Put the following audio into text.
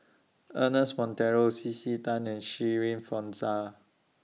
Ernest Monteiro C C Tan and Shirin Fozdar